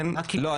לא,